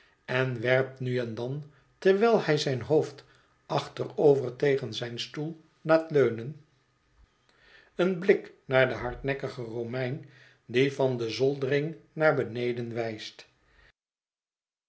en werpt nu en dan terwijl hij zijn hoofd achterover tegen zijn stoel laat leunen een blik naar den hardnekkigen romein die van de zoldering naar beneden wijst